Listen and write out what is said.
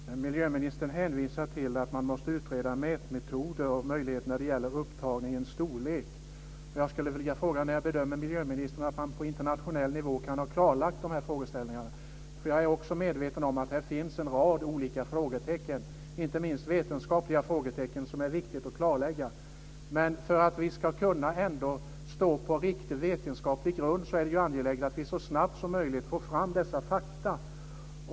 Fru talman! Miljöministern hänvisar till att man måste utreda mätmetoder och möjligheter när det gäller upptagningens storlek. Jag skulle vilja fråga: När bedömer miljöministern att man på internationell nivå kan ha klarlagt de här frågeställningarna? Jag är också medveten om att här finns en rad olika frågetecken, inte minst vetenskapliga, som det är viktigt att klarlägga. För att vi ska kunna stå på en riktig vetenskaplig grund är det angeläget att vi så snabbt som möjligt får fram dessa fakta.